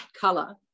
color